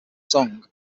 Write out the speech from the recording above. song